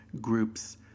groups